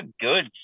good